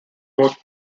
both